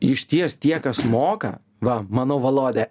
išties tie kas moka va mano volodė